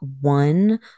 one